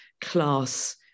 class